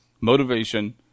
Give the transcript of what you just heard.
Motivation